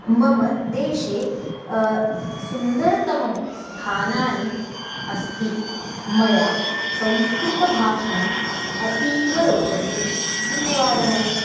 मम देशे सुन्दरतमं स्थानानि अस्ति मया संस्कृतभाषणम् अतीव रोचते धन्यवादः